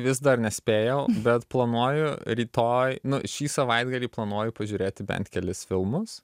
vis dar nespėjau bet planuoju rytoj šį savaitgalį planuoju pažiūrėti bent kelis filmus